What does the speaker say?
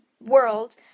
world